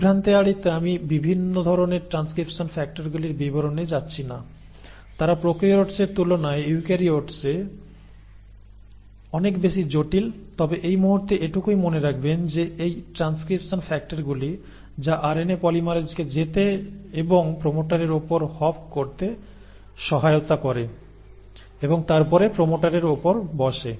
বিভ্রান্তি এড়াতে আমি বিভিন্ন ধরণের ট্রান্সক্রিপশন ফ্যাক্টরগুলির বিবরণে যাচ্ছি না তারা প্রোকারিওটসের তুলনায় ইউক্যারিওটসে অনেক বেশি জটিল তবে এই মুহূর্তে এটুকুই মনে রাখবেন যে এই ট্রান্সক্রিপশন ফ্যাক্টরগুলি যা আরএনএ পলিমেরেজকে যেতে এবং প্রোমোটারের ওপর হপ করতে সহায়তা করে এবং তারপরে প্রোমোটারের অপর বসে